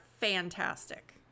fantastic